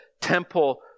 temple